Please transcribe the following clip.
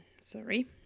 Sorry